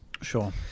Sure